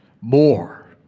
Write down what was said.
more